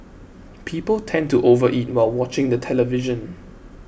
people tend to overeat while watching the television